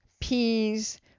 peas